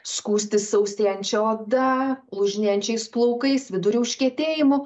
skųstis sausėjančia oda lūžinėjančiais plaukais vidurių užkietėjimu